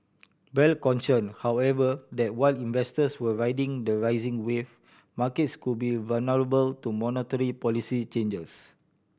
bell cautioned however that while investors were riding the rising wave markets could be vulnerable to monetary policy changes